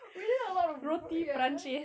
we ate a lot of ro~ ya